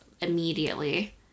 immediately